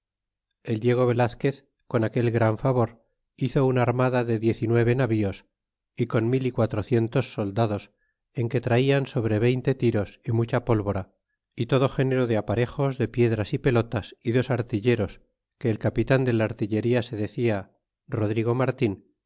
el diego velazquez con aquel gran favor hizo una armada de diez y nueve navios y con mil y quatrocientos soldados en que traian sobre veinte tiros y mucha pólvora y todo género de aparejos de piedras y pelotas y dds artilleros que el capitan de la artillería se decia rodrigo martin